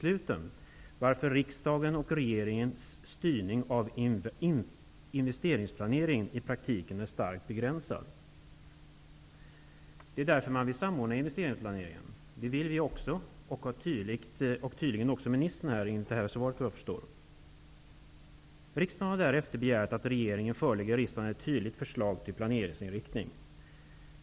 Därmed är riksdagens och regeringens styrning av investeringsplaneringen i praktiken starkt begränsad. Därför vill man samordna investeringsplaneringen. Det vill vi också, och såvitt jag kan förstå av svaret vill ministern det också. Riksdagen har därefter begärt att regeringen förelägger riksdagen ett tydligt förslag till planeringsinriktning.